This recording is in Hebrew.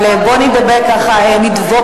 אבל בואו נדבק בפרוטוקול.